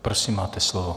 Prosím, máte slovo.